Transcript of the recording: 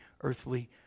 earthly